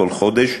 כל חודש,